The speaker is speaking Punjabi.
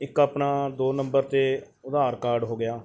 ਇੱਕ ਆਪਣਾ ਦੋ ਨੰਬਰ 'ਤੇ ਆਧਾਰ ਕਾਰਡ ਹੋ ਗਿਆ